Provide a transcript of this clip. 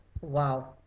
Wow